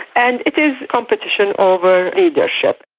and it is competition over leadership.